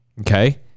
Okay